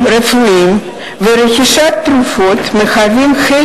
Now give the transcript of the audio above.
הלאומי, מצביעים על כך שחלק